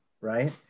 right